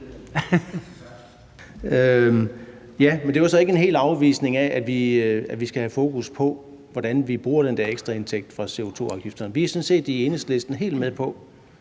Det var så ikke helt en afvisning af, at vi skal have fokus på, hvordan vi bruger den der ekstraindtægt fra CO2-afgifterne. Vi er sådan set i Enhedslisten helt med på,